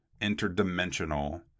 interdimensional